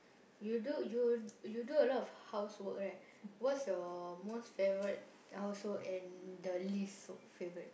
you do you you do a lot housework right what's your most favourite house work and the least favourite